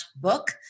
book